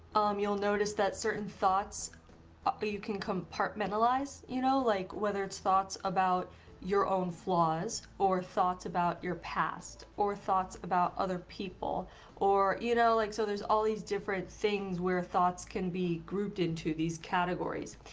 um you'll notice that certain thoughts but but you can compartmentalize you know like whether it's thoughts about your own flaws or thoughts about your past or thoughts about other people or you know like so there's all these different things where thoughts can be grouped into these categories.